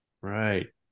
right